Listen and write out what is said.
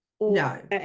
no